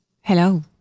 Hello